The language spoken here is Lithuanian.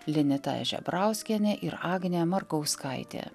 lineta žebrauskienė ir agnė markauskaitė